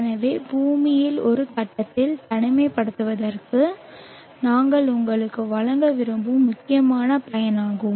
எனவே பூமியில் ஒரு கட்டத்தில் தனிமைப்படுத்தப்படுவதற்கு நான் உங்களுக்கு வழங்க விரும்பும் முக்கியமான பயணமாகும்